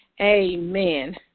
Amen